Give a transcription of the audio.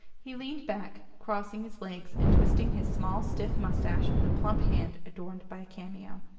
he leaned back, crossing his legs, and twisting his small stiff moustache with a plump hand adorned by a cameo.